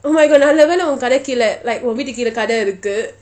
oh my god நான் அந்த மாதிரி நினைக்கலை:naan antha mathiri ninaikalai like கடை இருக்கு:kadai irukku